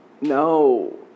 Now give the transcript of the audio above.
No